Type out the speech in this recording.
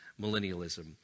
millennialism